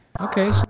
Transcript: Okay